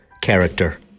character